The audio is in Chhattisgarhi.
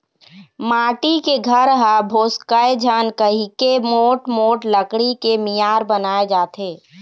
माटी के घर ह भोसकय झन कहिके मोठ मोठ लकड़ी के मियार बनाए जाथे